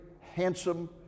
handsome